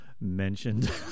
mentioned